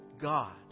God